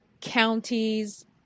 counties